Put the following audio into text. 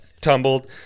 tumbled